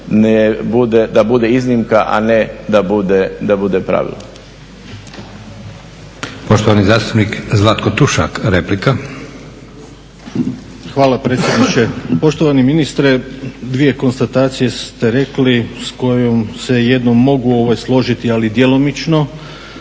da bude iznimka, a ne da bude pravilo.